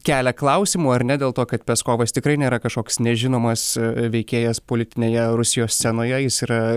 kelia klausimų ar ne dėl to kad peskovas tikrai nėra kažkoks nežinomas veikėjas politinėje rusijos scenoje jis yra